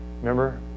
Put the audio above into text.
Remember